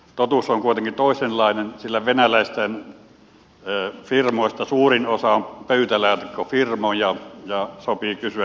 totuus on kuitenkin toisenlainen sillä venäläisten firmoista suurin osa on pöytälaatikkofirmoja ja sopii kysyä miksi